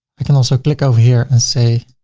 i can also click over here and say,